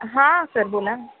हां सर बोला